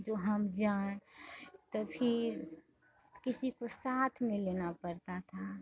जो हम जाएँ तो फिर किसी को साथ में लेना पड़ता था